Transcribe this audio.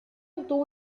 obtuvo